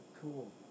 Cool